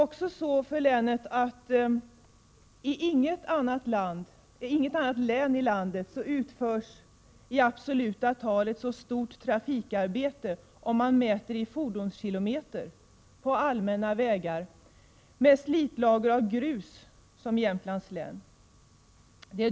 I inget annat län i landet utförs, i absoluta tal, ett så stort trafikarbete, mätt i fordonskilometer, på allmänna vägar med slitlager av grus som i Jämtlands län.